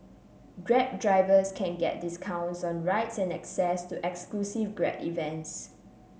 drab drivers can get discounts on rides and access to exclusive Grab events